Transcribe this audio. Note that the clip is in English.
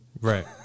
Right